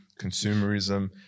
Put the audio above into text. consumerism